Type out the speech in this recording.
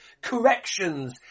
corrections